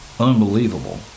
unbelievable